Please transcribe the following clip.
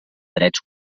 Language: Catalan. drets